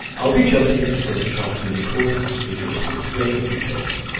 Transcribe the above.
i'll be jumping into photoshop during the course of this video to explain a few things,